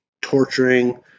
torturing